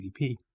GDP